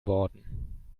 worden